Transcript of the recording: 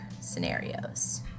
scenarios